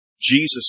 Jesus